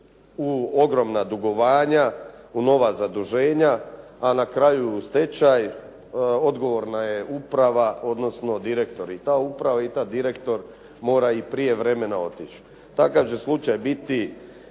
u ogromna dugovanja, u nova zaduženja, a na kraju stečaj odgovorna je uprava, odnosno direktori. I ta uprava i taj direktor mora i prije vremena otići. Takav će slučaj biti